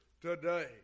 today